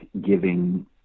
giving